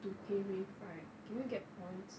to paywave right can you get points